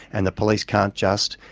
and the police can't just,